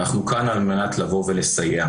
ואנחנו כאן על מנת לבוא ולסייע.